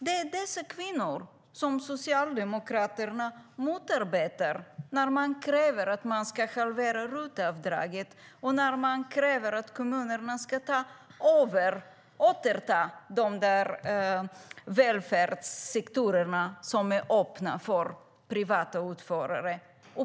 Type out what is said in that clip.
Det är dessa kvinnor som Socialdemokraterna motarbetar när de kräver att RUT-avdraget ska halveras och att kommunerna ska återta de välfärdssektorer som är öppna för privata utförare.